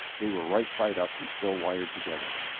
they were right side up and still wired together.